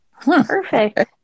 Perfect